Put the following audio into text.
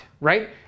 right